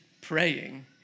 praying